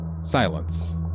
silence